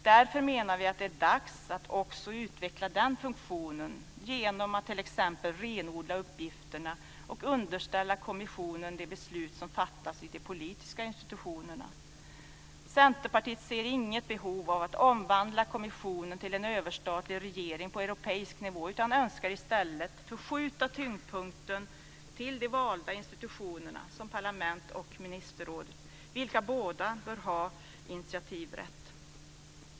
Därför menar vi att det är dags att också utveckla den funktionen genom att t.ex. renodla uppgifterna och underställa kommissionen de beslut som fattas i de politiska institutionerna. Centerpartiet ser inget behov av att omvandla kommissionen till en överstatlig regering på europeisk nivå utan önskar i stället förskjuta tyngdpunkten till de valda institutionerna, som parlament och ministerråd, vilka båda bör ha initiativrätt.